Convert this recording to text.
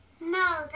No